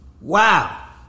Wow